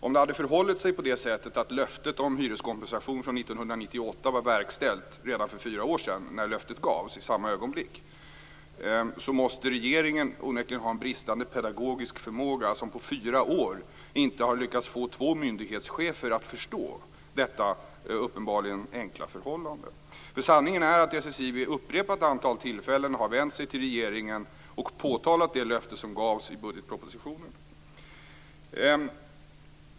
Om det hade förhållit sig på det sättet att löftet om hyreskompensation från 1998 var verkställt redan för fyra år sedan, i samma ögonblick som det gavs, måste regeringen onekligen ha en bristande pedagogisk förmåga då man på fyra år inte har lyckats få två myndighetschefer att förstå detta uppenbarligen enkla förhållande. Sanningen är att SSI vid ett upprepat antal tillfällen har vänt sig till regeringen och påtalat det löfte som gavs i budgetpropositionen.